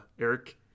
Eric